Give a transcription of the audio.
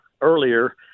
earlier